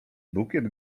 bukiet